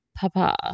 papa